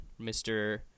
Mr